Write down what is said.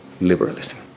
liberalism